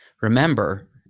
remember